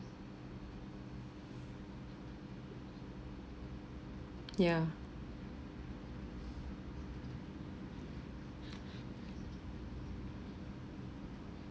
yeah